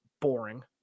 boring